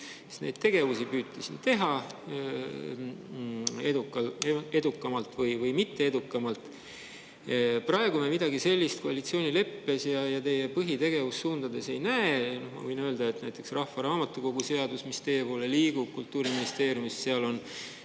Neid tegevusi püüti siin teha, edukamalt või mitte edukamalt. Praegu me midagi sellist koalitsioonileppes ja teie põhitegevussuundades ei näe. Ma võin öelda, et näiteks rahvaraamatukogu seadus, mis teie poole liigub Kultuuriministeeriumis, seal on,